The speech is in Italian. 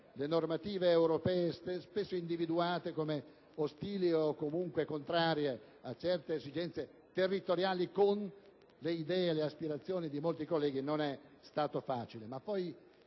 le normative europee, spesso individuate come ostili o comunque contrarie a certe esigenze territoriali, con le idee e le aspirazioni di molti colleghi non è stato facile.